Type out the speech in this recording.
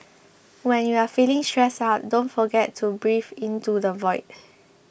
when you are feeling stressed out don't forget to breathe into the void